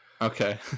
Okay